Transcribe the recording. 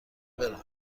برم